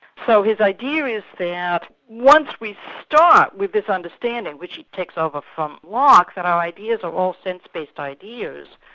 so his idea is that once we start with this understanding, which he takes over from locke, that our ideas are all sense-based ideas,